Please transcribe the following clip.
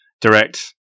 direct